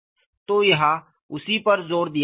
तो यहाँ उसी पर जोर दिया गया है